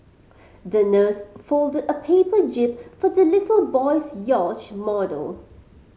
the nurse folded a paper jib for the little boy's yacht model